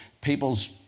people's